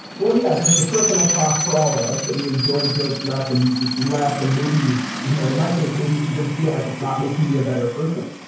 well, yeah there's the personal cost for all of us that we enjoy jokes and less and maybe, you know in my case, maybe even feel like it's not making me a better person.